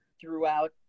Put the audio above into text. throughout